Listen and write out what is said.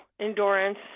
endurance